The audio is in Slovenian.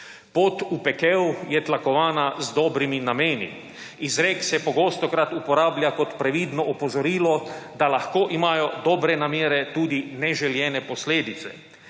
Pot v pekel je tlakovana z dobrimi nameni. Izrek se pogostokrat uporablja kot previdno opozorilo, da imajo lahko dobre namere tudi neželene posledice.